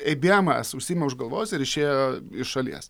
eibyemas užsiėmė už galvos ir išėjo iš šalies